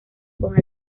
con